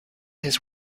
his